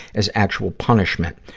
as actual punishment.